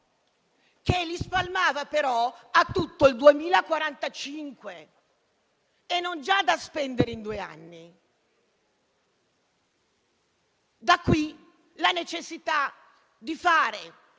Da qui la necessità di fare un piano dettagliato di analisi delle reali necessità e dei risparmi